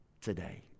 today